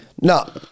No